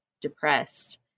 depressed